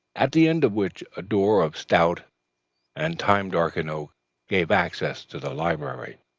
at the end of which a door of stout and time-darkened oak gave access to the library.